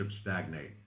stagnate